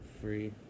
free